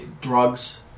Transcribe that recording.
drugs